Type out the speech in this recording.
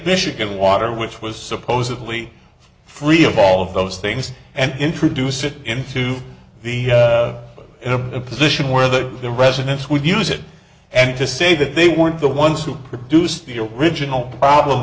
michigan water which was supposedly free of all of those things and introduce it into the in a position where that the residents would use it and to say that they weren't the ones who produced the original problem